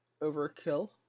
overkill